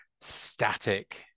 static